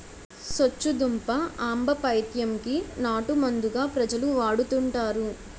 సొచ్చుదుంప ఆంబపైత్యం కి నాటుమందుగా ప్రజలు వాడుతుంటారు